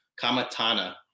Kamatana